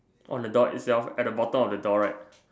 on the door itself at the bottom of the door right